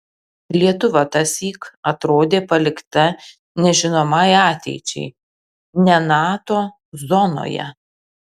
lietuva tąsyk atrodė palikta nežinomai ateičiai ne nato zonoje